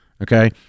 Okay